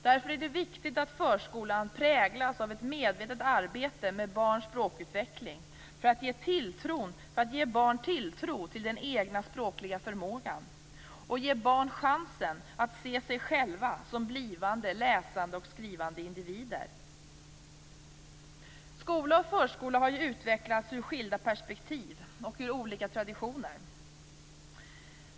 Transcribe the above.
Därför är det viktigt att förskolan präglas av ett medvetet arbete med barns språkutveckling för att ge barn tilltro till den egna språkliga förmågan och ge barn chansen att se sig själva som blivande läsande och skrivande individer. Skola och förskola har ju utvecklats ur skilda perspektiv och ur olika traditioner.